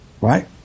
Right